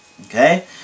Okay